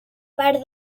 part